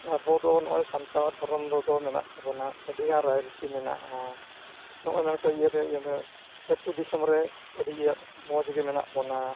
ᱟᱵᱚᱫᱚ ᱱᱚᱜᱼᱚᱭ ᱥᱟᱱᱛᱟᱲ ᱫᱷᱚᱨᱚᱢ ᱨᱮᱫᱚ ᱢᱮᱱᱟᱜ ᱛᱟᱵᱚᱱᱟ ᱟᱹᱰᱤᱜᱟᱱ ᱨᱟᱭᱨᱤᱛᱤ ᱢᱮᱱᱟᱜᱼᱟ ᱱᱚᱜᱼᱚᱭ ᱢᱮᱱᱛᱮ ᱤᱭᱟᱹᱨᱮ ᱡᱮᱢᱚᱱ ᱟᱛᱳ ᱫᱤᱥᱚᱢ ᱨᱮ ᱟᱹᱰᱤ ᱤᱭᱟᱜ ᱢᱚᱡᱽᱜᱮ ᱢᱮᱱᱟᱜ ᱵᱚᱱᱟ